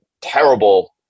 terrible